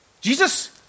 Jesus